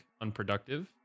unproductive